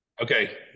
Okay